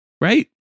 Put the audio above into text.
right